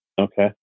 Okay